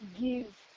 give